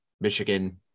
Michigan